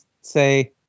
say